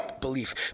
belief